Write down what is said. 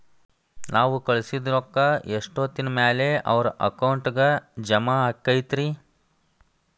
ನಾವು ಕಳಿಸಿದ್ ರೊಕ್ಕ ಎಷ್ಟೋತ್ತಿನ ಮ್ಯಾಲೆ ಅವರ ಅಕೌಂಟಗ್ ಜಮಾ ಆಕ್ಕೈತ್ರಿ?